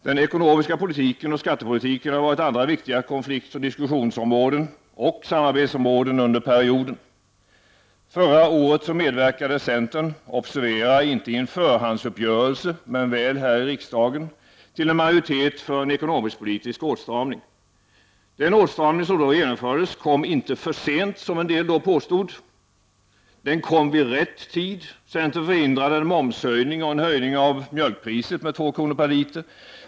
Den ekonomiska politiken och skattepolitiken har varit andra viktiga konflikt-, diskussionsoch samarbetsområden under perioden. Förra året medverkade centern — observera inte i en förhandsuppgörelse, men väl här i riksdagen -— till en majoritet för en ekonomisk-politisk åtstramning. Den åtstramning som då genomfördes kom inte ”för sent”, som en del påstod. Den kom vid rätt tid. Centern förhindrade en momshöjning och en höjning av mjölkpriset med två kronor per liter.